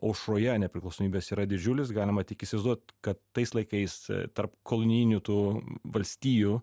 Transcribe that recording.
aušroje nepriklausomybės yra didžiulis galima tik įsivaizduot kad tais laikais tarp kolonijinių tų valstijų